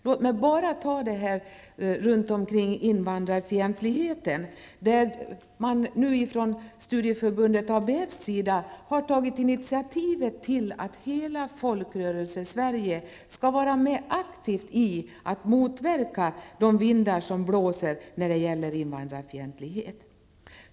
Låt mig ta som exempel invandrarfientligheten. Från studieförbundet ABFs sida har initiativ tagits till att hela folkrörelse -- Sverige skall vara aktivt för att motverka de vindar som blåser när det gäller invandrarfientlighet.